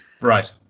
Right